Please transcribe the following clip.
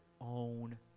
own